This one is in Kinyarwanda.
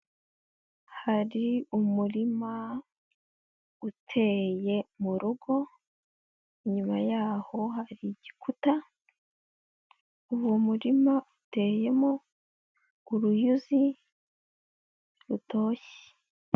Hari umurima uteye mu rugo, inyuma yaho hari igikuta, uwo murima uteyemo uruyuzi rutoshye.